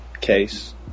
case